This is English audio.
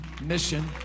mission